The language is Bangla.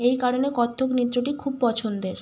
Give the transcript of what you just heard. এই কারণে কত্থক নৃত্যটি খুব পছন্দের